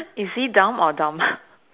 is he dumb or dumb